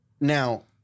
Now